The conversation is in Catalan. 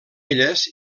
elles